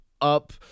up